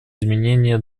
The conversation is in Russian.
изменение